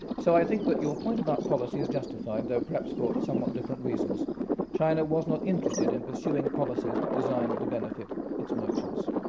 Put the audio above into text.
so i think that your point about policy is justified, although perhaps for somewhat different reasons china was not interested in pursuing policies designed to benefit its merchants.